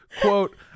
Quote